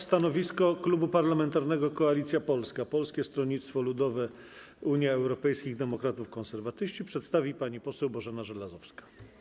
Stanowisko Klubu Parlamentarnego Koalicja Polska - Polskie Stronnictwo Ludowe, Unia Europejskich Demokratów, Konserwatyści przedstawi pani poseł Bożena Żelazowska.